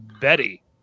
Betty